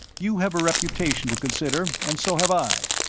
you have a reputation to consider, and so have i.